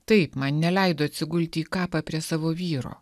taip man neleido atsigulti į kapą prie savo vyro